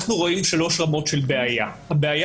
אנחנו רואים שלוש רמות של בעיה: הבעיה